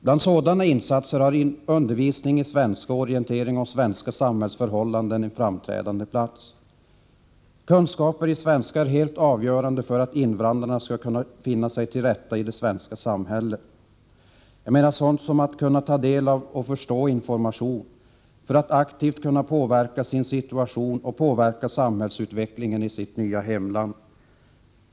Bland sådana insatser har undervisningen i svenska och orientering om svenska samhällsförhållanden en framträdande plats. Kunskaper i svenska är helt avgörande för att invandrarna skall kunna finna sig till rätta i det svenska samhället, för att kunna ta del av och förstå information och för att aktivt kunna påverka sin situation och påverka samhällsutvecklingen i sitt nya hemland.